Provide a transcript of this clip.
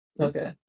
Okay